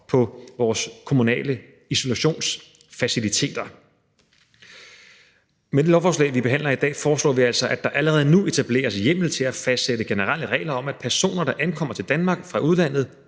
på vores kommunale isolationsfaciliteter. Med det lovforslag, vi behandler i dag, foreslår vi altså, at der allerede nu etableres hjemmel til at fastsætte generelle regler om, at personer, der ankommer til Danmark fra udlandet,